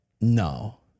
No